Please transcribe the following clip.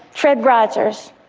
fred rogers,